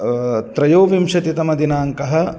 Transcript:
त्रयोविंशतितमदिनाङ्कः